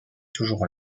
toujours